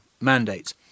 mandates